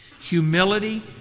humility